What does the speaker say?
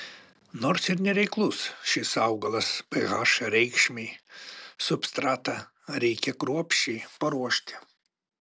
nors ir nereiklus šis augalas ph reikšmei substratą reikia kruopščiai paruošti